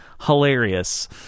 hilarious